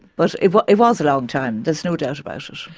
but it was it was a long time, there's no doubt about it.